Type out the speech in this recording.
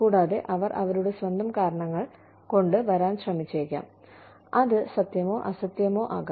കൂടാതെ അവർ അവരുടെ സ്വന്തം കാരണങ്ങൾ കൊണ്ട് വരാൻ ശ്രമിച്ചേക്കാം അത് സത്യമോ അസത്യമോ ആകാം